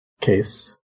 case